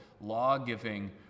law-giving